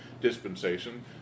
dispensation